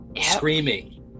screaming